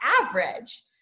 average